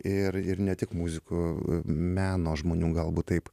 ir ir ne tik muzikų meno žmonių galbūt taip